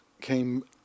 came